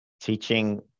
teaching